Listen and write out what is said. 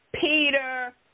Peter